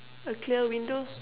a clear window